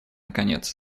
наконец